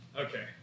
Okay